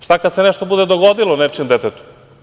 Šta kada se nešto bude dogodilo nečijem detetu?